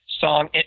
song